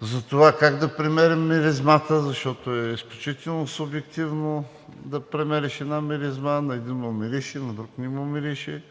затова как да премерим миризмата, защото е изключително субективно да премериш една миризма – на един му мирише, на друг не му мирише,